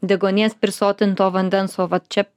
deguonies prisotinto vandens o vat čia